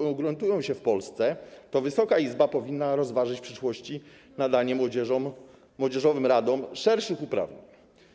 ugruntuje się w Polsce, to Wysoka Izba powinna rozważyć w przyszłości nadanie młodzieżowym radom szerszych uprawnień.